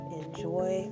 enjoy